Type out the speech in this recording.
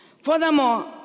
Furthermore